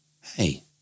Hey